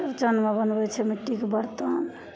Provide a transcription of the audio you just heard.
चौरचनमे बनबै छै मिट्टीके बरतन